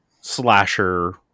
slasher